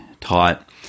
taught